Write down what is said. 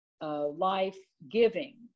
life-giving